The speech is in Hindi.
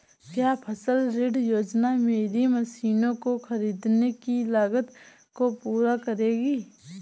क्या फसल ऋण योजना मेरी मशीनों को ख़रीदने की लागत को पूरा करेगी?